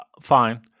Fine